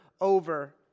over